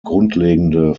grundlegende